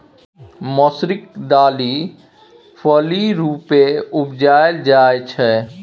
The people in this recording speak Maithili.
मौसरीक दालि फली रुपेँ उपजाएल जाइ छै